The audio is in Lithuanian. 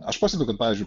aš pastebiu kad pavyzdžiui